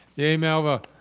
yay melva!